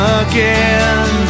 again